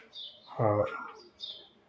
और